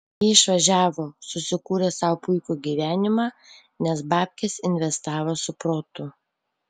jie išvažiavo susikūrė sau puikų gyvenimą nes babkes investavo su protu